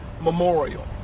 memorial